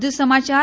વધુ સમાચાર